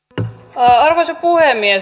arvoisa puhemies